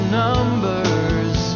numbers